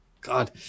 God